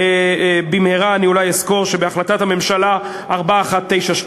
במהירות אני אולי אסקור שבהחלטת הממשלה 4192